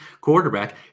quarterback